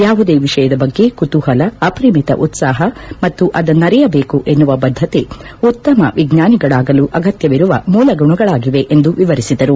ಯಾವುದೇ ವಿಷಯದ ಬಗ್ಗೆ ಕುತೂಹಲ ಅಪರಿಮಿತ ಉತ್ಸಾಹ ಮತ್ತು ಅದನ್ನು ಅರಿಯಬೇಕು ಎನ್ನುವ ಬದ್ದತೆ ಉತ್ತಮ ವಿಚ್ವಾನಿಗಳಾಗಲು ಅಗತ್ಯವಿರುವ ಮೂಲ ಗುಣಗಳಾಗಿವೆ ಎಂದು ವಿವರಿಸಿದರು